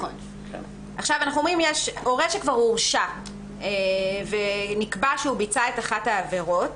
יש הורה שכבר הורשע ונקבע שהוא ביצע את אחת העבירות,